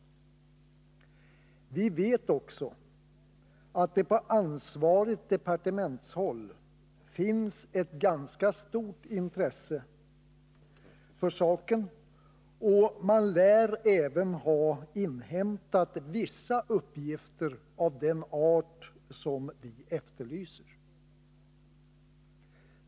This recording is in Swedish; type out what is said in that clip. Vi vet också att det på ansvarigt departementshåll finns ett ganska stort intresse för saken, och man lär även ha inhämtat vissa uppgifter av den art som vi efterlyser.